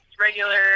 regular